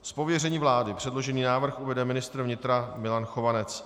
Z pověření vlády předložený návrh uvede ministr vnitra Milan Chovanec.